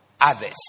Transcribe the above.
others